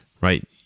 right